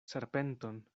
serpenton